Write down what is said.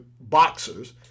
boxers